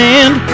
end